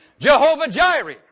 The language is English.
Jehovah-Jireh